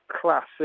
classic